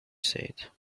said